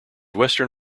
western